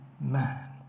man